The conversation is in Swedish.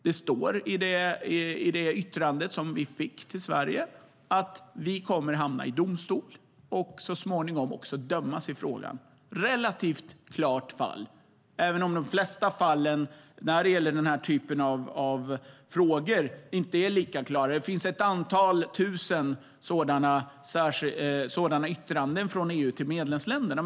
Det står i det yttrande som vi fick till Sverige att vi kommer att hamna i domstol och så småningom också dömas i frågan. Det är ett relativt klart fall, även om de flesta fall när det gäller denna typ av frågor inte är lika klara. Det finns några tusen sådana yttranden från EU till medlemsländerna.